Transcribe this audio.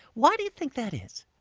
why do you think that is?